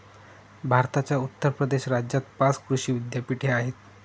भारताच्या उत्तर प्रदेश राज्यात पाच कृषी विद्यापीठे आहेत